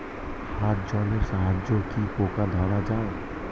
হাত জলের সাহায্যে কি পোকা ধরা যায়?